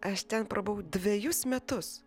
aš ten prabuvau dvejus metus